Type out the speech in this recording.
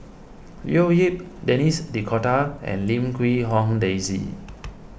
Leo Yip Denis D'Cotta and Lim Quee Hong Daisy